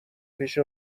پیش